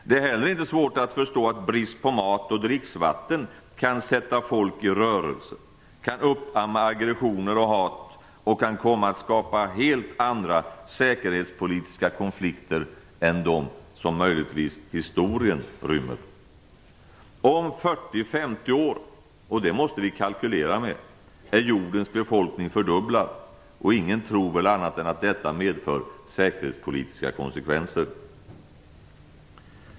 Det är heller inte svårt att förstå att brist på mat och dricksvatten kan sätta folk i rörelse, kan uppamma aggressioner och hat och kan komma att skapa helt andra säkerhetspolitiska konflikter än de som historien möjligtvis rymmer. Om 40-50 år - det måste vi kalkylera med - är jordens befolkning fördubblad, och ingen tror väl annat än att detta får säkerhetspolitiska konsekvenser.